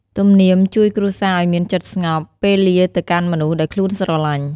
ទំនៀមជួយគ្រួសារឲ្យមានចិត្តស្ងប់ ពេលលារទៅកាន់មនុស្សដែលខ្លួនស្រឡាញ។